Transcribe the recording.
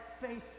faith